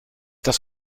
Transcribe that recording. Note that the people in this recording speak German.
das